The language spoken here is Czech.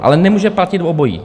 Ale nemůže platit obojí!